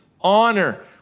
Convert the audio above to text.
honor